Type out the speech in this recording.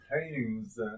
paintings